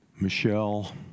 Michelle